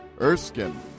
Erskine